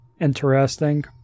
interesting